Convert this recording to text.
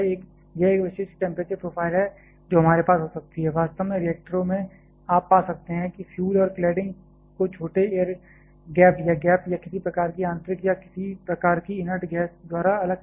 यह एक विशिष्ट टेंपरेचर प्रोफ़ाइल है जो हमारे पास हो सकती है वास्तव में रिएक्टरों में आप पा सकते हैं कि फ्यूल और क्लैडिंग को छोटे एयर गैप या गैप या किसी प्रकार की आंतरिक या किसी प्रकार की इनर्ट गैस द्वारा अलग किया जाता है